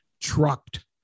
trucked